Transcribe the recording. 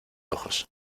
ojos